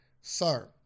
Sir